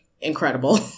incredible